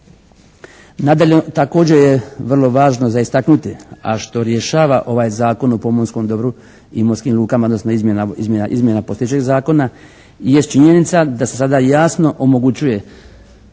Nadalje također je vrlo važno za istaknuti a što rješava ovaj Zakon o pomorskom dobru i morskim lukama odnosno izmjena postojećeg zakona jest činjenica da se sada jasno omogućuje